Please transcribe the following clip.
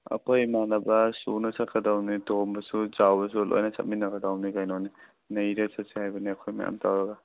ꯑꯩꯈꯣꯏ ꯏꯃꯥꯅꯕ ꯁꯨꯅ ꯆꯠꯈ꯭ꯔꯗꯕꯅꯤ ꯇꯣꯝꯕꯁꯨ ꯆꯥꯎꯕꯁꯨ ꯂꯣꯏꯅ ꯆꯠꯃꯤꯟꯅꯈ꯭ꯔꯗꯕꯅꯤ ꯀꯩꯅꯣꯅꯦ ꯅꯩꯔ ꯆꯠꯁꯦ ꯍꯥꯏꯕꯅꯦ ꯑꯩꯈꯣꯏ ꯃꯌꯥꯝ ꯇꯧꯔꯒ